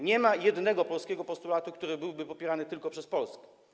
Nie ma ani jednego polskiego postulatu, który byłby popierany tylko przez Polskę.